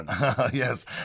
Yes